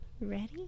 Ready